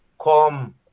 Come